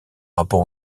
rapport